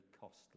costly